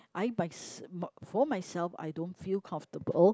I mys~ for myself I don't feel comfortable